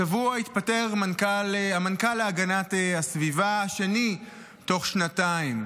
השבוע התפטר מנכ"ל המשרד להגנת הסביבה השני בתוך שנתיים,